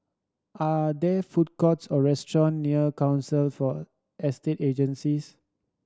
are there food courts or restaurant near Council for Estate Agencies